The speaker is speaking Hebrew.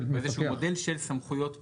איזשהו מודל של סמכויות פיקוח.